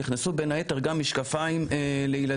נכנסו בין היתר גם משקפיים לילדים,